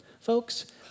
Folks